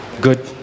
good